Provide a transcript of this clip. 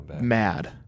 mad